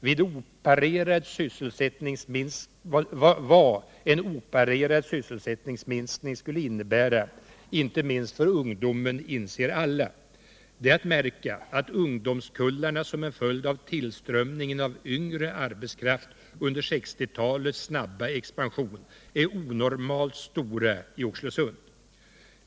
Vad en oparerad sysselsättningsminskning skulle innebära, inte minst för ungdomen, inser alla. Det är att märka att ungdomskullarna som en följd av tillströmningen av yngre arbetskraft under 1960-talets snabba expansion är onormalt stora i Oxelösund.